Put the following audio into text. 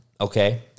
okay